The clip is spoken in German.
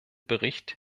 bericht